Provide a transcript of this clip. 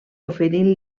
oferint